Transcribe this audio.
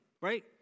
right